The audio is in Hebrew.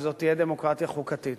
וזאת תהיה דמוקרטיה חוקתית.